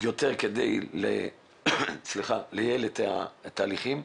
כדי לייעל את התהליכים.